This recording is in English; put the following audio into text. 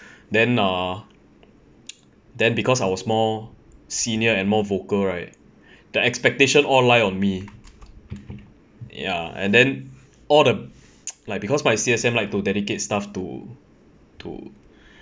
then uh then because I was more senior and more vocal right the expectation all lie on me ya and then all the like because my C_S_M like to dedicate stuff to to